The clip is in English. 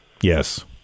Yes